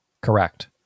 Correct